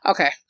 Okay